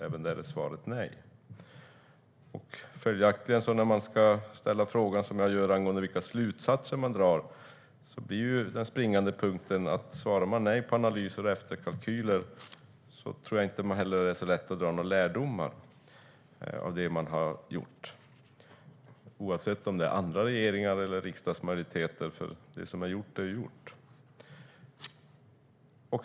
Även där är svaret alltså nej. När man ska ställa den fråga som jag har angående vilka slutsatser man drar blir den springande punkten följaktligen att om man svarar nej på frågan om analyser eller efterkalkyler är det inte heller så lätt att dra några lärdomar av det man har gjort. Det gäller oavsett om det handlar om andra regeringar eller riksdagsmajoriteter, för det som är gjort är gjort.